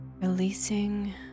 releasing